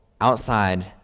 outside